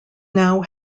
now